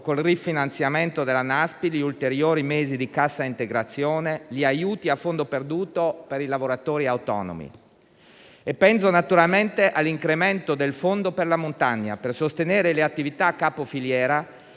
col rifinanziamento della NASPI e di ulteriori mesi di cassa integrazione, di aiuti a fondo perduto per i lavoratori autonomi. Penso naturalmente all'incremento del Fondo nazionale per la montagna, per sostenere le attività capofiliera,